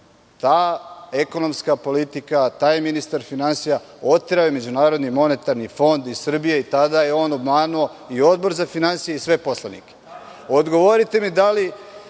ta ekonomska politika, taj ministar finansija, oterao je MMF iz Srbije i tada je on obmanuo i Odbor za finansije i sve poslanike. Odgovorite mi da li